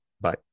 Bye